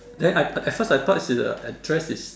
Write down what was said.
then I at at first I thought the address is